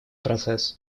процесс